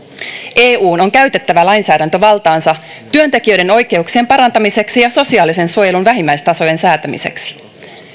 eun on käytettävä lainsäädäntövaltaansa työntekijöiden oikeuksien parantamiseksi ja sosiaalisen suojelun vähimmäistasojen säätämiseksi